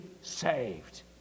saved